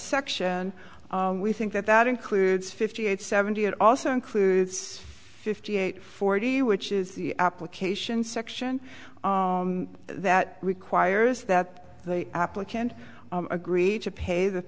section we think that that includes fifty eight seventy it also includes fifty eight forty which is the application section that requires that the applicant agreed to pay the